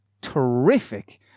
terrific